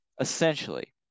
essentially